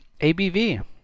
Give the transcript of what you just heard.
ABV